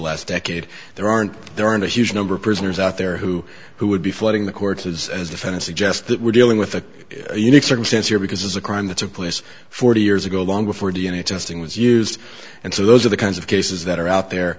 last decade there aren't there aren't a huge number of prisoners out there who who would be flooding the court is as defense suggests that we're dealing with a unique circumstance here because it's a crime that took place forty years ago long before d n a testing was used and so those are the kinds of cases that are out there